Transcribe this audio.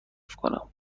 کنم